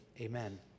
amen